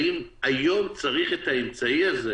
האם היום צריך את האמצעי הזה